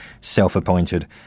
self-appointed